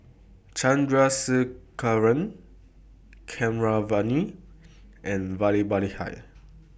Chandrasekaran Keeravani and Vallabhbhai